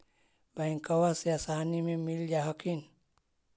बैंकबा से आसानी मे मिल जा हखिन?